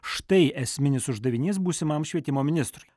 štai esminis uždavinys būsimam švietimo ministrui